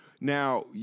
Now